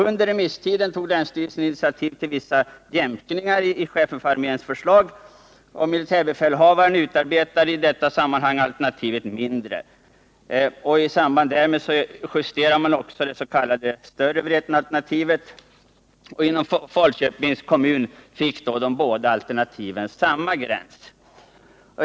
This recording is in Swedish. Under remisstiden tog länsstyrelsen initiativ till vissa jämkningar i chefens för armén förslag, och militärbefälhavaren utarbetade i detta sammanhang alternativet Vreten mindre. I samband därmed justerades också det s.k. större Vretenalternativet, och inom Falköpings kommun fick båda alternativen samma gräns.